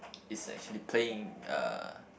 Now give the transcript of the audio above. it's actually playing uh